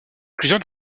plusieurs